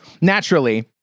naturally